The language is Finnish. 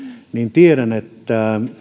tiedän että